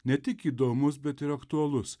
ne tik įdomus bet ir aktualus